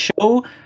show